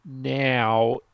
now